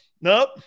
Nope